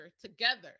together